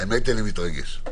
האמת, אני מתרגש.